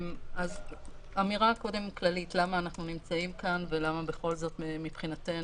קודם אמירה כללית למה אנחנו נמצאים כאן ולמה בכל זאת מבחינתנו